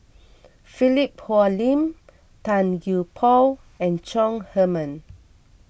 Philip Hoalim Tan Gee Paw and Chong Heman